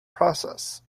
process